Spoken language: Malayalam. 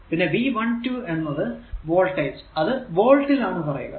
പിന്നെ V12 എന്നത് വോൾടേജ് അത് വോൾട്ടിൽ ആണ് പറയുക